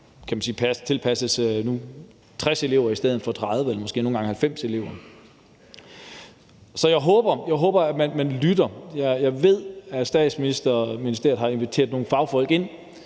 tilpasses 60 elever i stedet for 30, eller måske nogle gange 90 elever. Så jeg håber, at man lytter, og jeg ved, at Statsministeriet har inviteret nogle fagfolk ind.